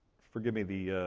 forgive me the.